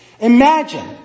Imagine